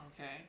okay